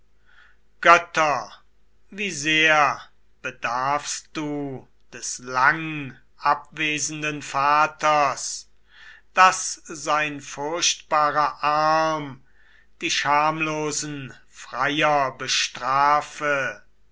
götter wie sehr bedarfst du des langabwesenden vaters daß sein furchtbarer arm die schamlosen freier bestrafe